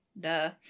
duh